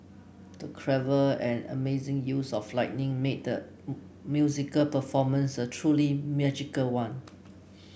the clever and amazing use of lighting made the musical performance a truly magical one